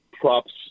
props